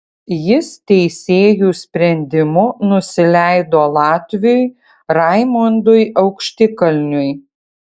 jis teisėjų sprendimu nusileido latviui raimondui aukštikalniui